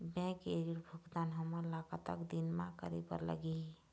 Bank के ऋण भुगतान हमन ला कतक दिन म करे बर लगही?